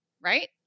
right